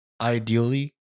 Ideally